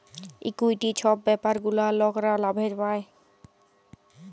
equity ছব ব্যাপার গুলা লকরা লাভে পায়